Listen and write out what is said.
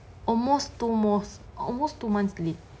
almost two months almost two months late